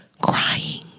crying